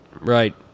Right